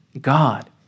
God